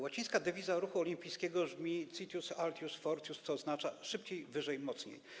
Łacińska dewiza ruchu olimpijskiego brzmi: citius, altius, fortius, co oznacza: szybciej, wyżej, mocniej.